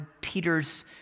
Peter's